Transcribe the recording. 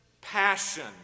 passion